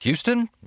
Houston